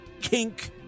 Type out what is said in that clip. kink